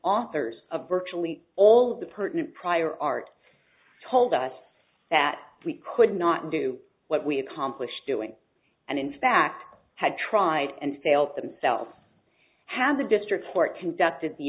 authors of virtually all of the pertinent prior art told us that we could not do what we accomplished doing and in fact had tried and failed themselves have the district court conducted the